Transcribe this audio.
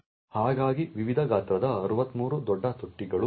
ಹಾಗಾಗಿ ವಿವಿಧ ಗಾತ್ರದ 63 ದೊಡ್ಡ ತೊಟ್ಟಿಗಳೂ ಇವೆ